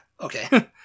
Okay